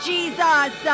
Jesus